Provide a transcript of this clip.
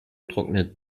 trocknet